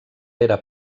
era